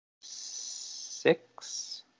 six